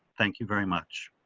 thank you very much.